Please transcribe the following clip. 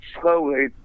slowly